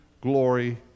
glory